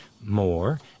more